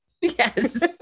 Yes